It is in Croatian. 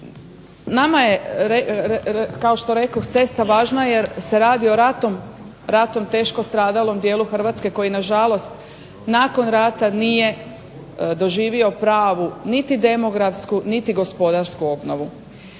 Nama je, kao što rekoh, cesta važna jer se radi o ratom teško stradalom dijelu Hrvatske koji na žalost nakon rata nije doživio pravu, niti demografsku, niti gospodarsku obnovu.